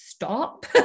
Stop